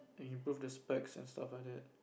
to improve the specs and stuff like that